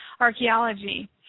archaeology